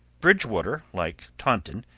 bridgewater, like taunton,